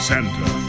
Santa